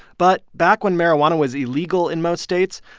but back when marijuana was illegal in most states,